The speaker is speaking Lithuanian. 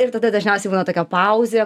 ir tada dažniausia būna tokia pauzė